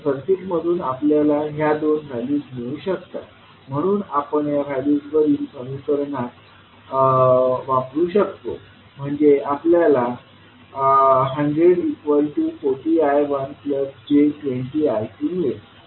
तर सर्किटमधून आपल्याला ह्या दोन व्हॅल्यूज मिळू शकतात म्हणून आपण ह्या व्हॅल्यूज वरील समीकरणात वापरू शकतो म्हणजे आपल्याला 100 40I1 j20I2 मिळेल